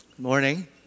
Morning